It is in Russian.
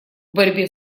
борьбе